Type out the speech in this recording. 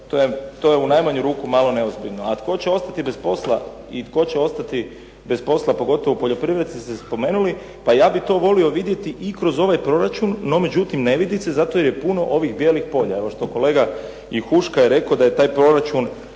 to je u najmanju ruku malo neozbiljno. A tko će ostati bez posla i tko će ostati bez posla pogotovo u poljoprivredi ste spomenuli, pa ja bih to volio vidjeti i kroz ovaj proračun. No međutim, ne vidi se zato jer je puno ovih bijelih polja. Evo što kolega i Huška je rekao da je taj proračun